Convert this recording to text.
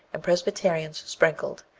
and presbyterians sprinkled,